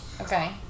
Okay